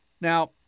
Now